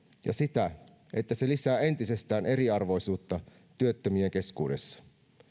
ja sitä että se lisää entisestään eriarvoisuutta työttömien keskuudessa